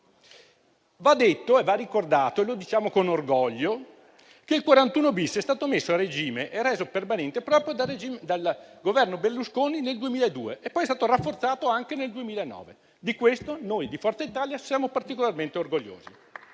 Va detto e va ricordato - e lo diciamo con orgoglio - che il 41-*bis* è stato messo a regime e reso permanente proprio dal Governo Berlusconi nel 2002, e poi è stato rafforzato anche nel 2009. Di questo, noi di Forza Italia siamo particolarmente orgogliosi.